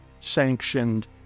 sanctioned